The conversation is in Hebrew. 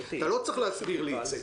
אתה לא צריך להסביר לי את זה.